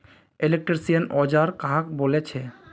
Electrician औजार कहाक बोले छे?